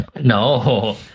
No